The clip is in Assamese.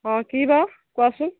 অ কি বা কোৱাচোন